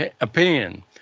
opinion